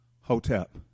Hotep